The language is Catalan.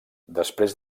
després